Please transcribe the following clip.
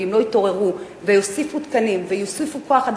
ואם לא יתעוררו ויוסיפו תקנים ויוסיפו כוח-אדם